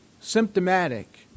symptomatic